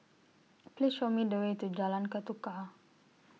Please Show Me The Way to Jalan Ketuka